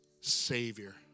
Savior